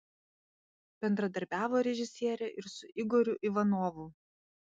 bendradarbiavo režisierė ir su igoriu ivanovu